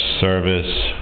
service